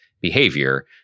behavior